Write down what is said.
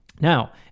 Now